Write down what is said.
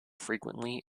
frequently